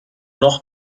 noch